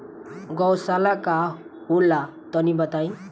गौवशाला का होला तनी बताई?